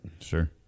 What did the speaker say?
Sure